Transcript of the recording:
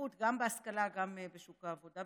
להשתלבות גם בהשכלה וגם בשוק העבודה.